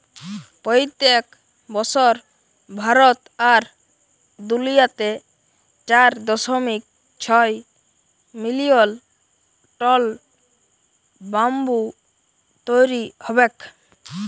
পইত্তেক বসর ভারত আর দুলিয়াতে চার দশমিক ছয় মিলিয়ল টল ব্যাম্বু তৈরি হবেক